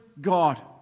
God